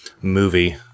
movie